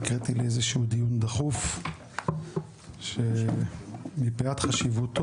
נקראתי לאיזה שהוא דיון דחוף שמפאת חשיבותו